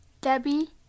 Debbie